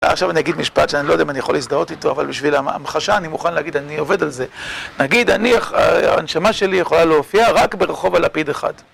עכשיו אני אגיד משפט שאני לא יודע אם אני יכול להזדהות איתו, אבל בשביל המחשה אני מוכן להגיד, אני עובד על זה. נגיד, אני, הנשמה שלי יכולה להופיע רק ברחוב הלפיד אחד.